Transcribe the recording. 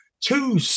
two